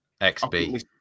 XB